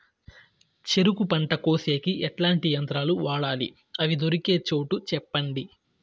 చెరుకు పంట కోసేకి ఎట్లాంటి యంత్రాలు వాడాలి? అవి దొరికే చోటు చెప్పండి?